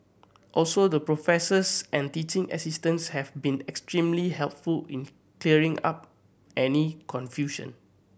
also the professors and teaching assistants have been extremely helpful in clearing up any confusion